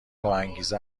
باانگیزه